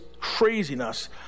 craziness